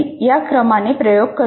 या क्रमाने प्रयोग करतो